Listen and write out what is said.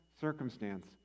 circumstance